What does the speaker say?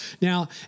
Now